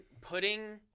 putting